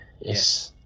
yes